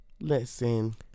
Listen